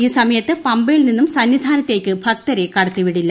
ഈ സമയത്ത് പമ്പയിൽ നിന്നും സന്നിധാനത്തേക്ക് ഭക്തരെ കടത്തിവിടില്ല